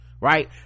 right